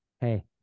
hey